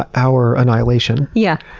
our annihilation. yeah.